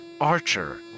archer